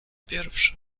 pierwszy